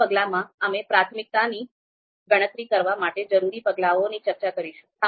આ પગલામાં અમે પ્રાથમિકતાની ગણતરી કરવા માટે જરૂરી પગલાઓની ચર્ચા કરીશું